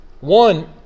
one